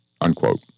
Unquote